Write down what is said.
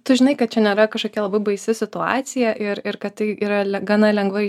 tu žinai kad čia nėra kažkokia labai baisi situacija ir ir kad tai yra gana lengvai